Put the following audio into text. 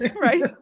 right